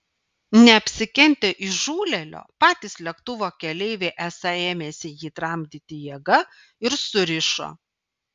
neapsikentę įžūlėlio patys lėktuvo keleiviai esą ėmėsi jį tramdyti jėga ir surišo